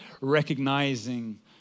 recognizing